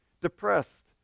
depressed